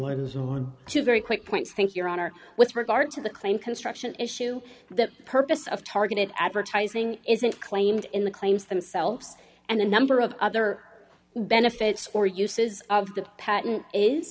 ones on two very quick points i think your honor with regard to the claim construction issue that the purpose of targeted advertising isn't claimed in the claims themselves and a number of other benefits or uses of the patent is